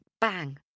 bang